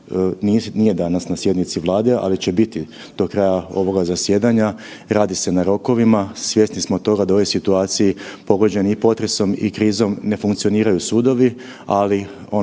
nije danas na sjednici Vlade, ali će biti do kraja ovoga zasjedanja. Radi se na rokovima, svjesni smo toga da u ovoj situaciji pogođeni i potresom i krizom ne funkcioniraju sudovi, ali ono